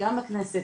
וגם בכנסת,